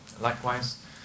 Likewise